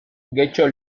getxo